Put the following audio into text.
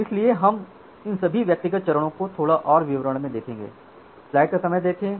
इसलिए अब हम इन सभी व्यक्तिगत चरणों को थोड़ा और विवरण में देखेंगे